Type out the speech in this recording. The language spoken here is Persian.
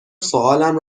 سوالم